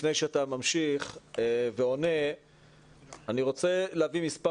לפני שאתה ממשיך ועונה אני רוצה להביא מספר